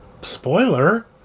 Spoiler